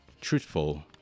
truthful